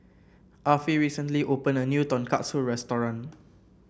Affie recently opened a new Tonkatsu restaurant